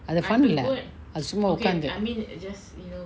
அது:athu fun lah அது சும்மா உக்காந்து:athu summa ukkanthu